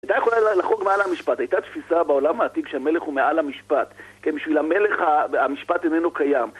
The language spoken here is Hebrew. הייתה יכולה לחוג מעל המשפט, הייתה תפיסה בעולם העתיק שהמלך הוא מעל המשפט, כי בשביל המלך המשפט איננו קיים.